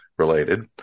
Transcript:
related